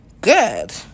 Good